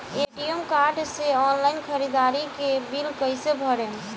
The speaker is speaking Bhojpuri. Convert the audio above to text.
ए.टी.एम कार्ड से ऑनलाइन ख़रीदारी के बिल कईसे भरेम?